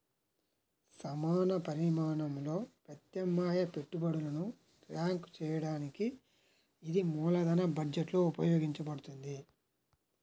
సమాన పరిమాణంలో ప్రత్యామ్నాయ పెట్టుబడులను ర్యాంక్ చేయడానికి ఇది మూలధన బడ్జెట్లో ఉపయోగించబడుతుంది